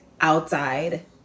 outside